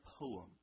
poem